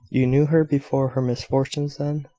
you knew her before her misfortunes then?